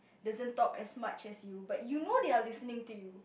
doesn't talk as much as you but you know they're listening to you